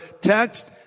text